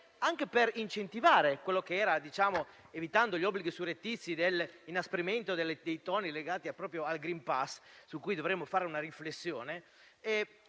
anche per incentivare il vaccino, evitando gli obblighi surrettizi e l'inasprimento dei toni legati al *green pass*, su cui dovremmo fare una riflessione.